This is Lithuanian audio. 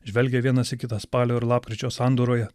žvelgia vienas į kitą spalio ir lapkričio sandūroje